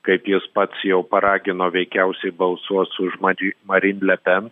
kaip jis pats jau paragino veikiausiai balsuos už mari marin le pen